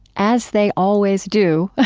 as they always do,